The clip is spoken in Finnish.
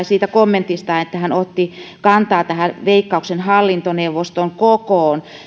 siitä kommentista jossa hän otti kantaa veikkauksen hallintoneuvoston kokoon